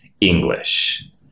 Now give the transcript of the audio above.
English